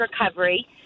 recovery